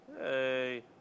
Hey